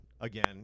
again